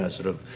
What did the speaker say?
ah sort of,